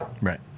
right